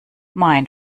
mein